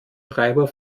treiber